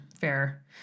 fair